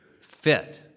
fit